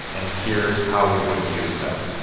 and here's how we would to use them.